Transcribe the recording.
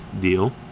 deal